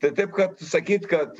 tai taip kad sakyt kad